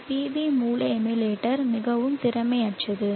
இந்த PV மூல emulator மிகவும் திறமையற்றது